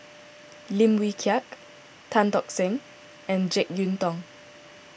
Lim Wee Kiak Tan Tock Seng and Jek Yeun Thong